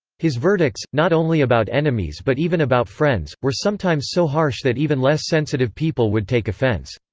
his verdicts, not only about enemies but even about friends, were sometimes so harsh that even less sensitive people would take offence,